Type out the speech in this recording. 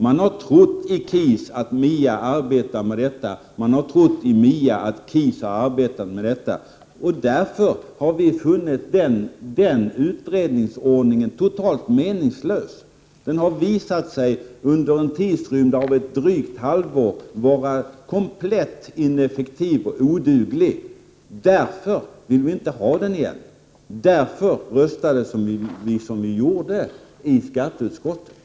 Man har trott i KIS att MIA arbetar med detta, man har trott i MIA att KIS har arbetat med detta. Därför har vi funnit utredningsordningen totalt meningslös. Den har visat sig under en tidsrymd av ett drygt halvår vara komplett ineffektiv och oduglig. Därför vill vi inte ha den igen. Därför röstade vi som vi gjorde i skatteutskottet.